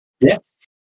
Yes